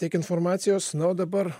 kiek informacijos nuo dabar